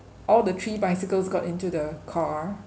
all the three bicycles got into the car